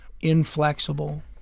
inflexible